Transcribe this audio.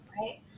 Right